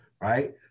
right